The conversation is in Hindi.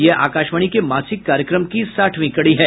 यह आकाशवाणी के मासिक कार्यक्रम की साठवीं कड़ी है